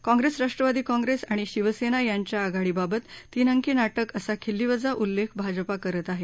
कॉंग्रेस राष्ट्रवादी काँग्रेस आणि शिवसेना यांच्या आघाडीबाबत तीन अंकी नाटक असा खिल्लीवजा उल्लेख भाजपा करत आहे